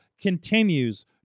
continues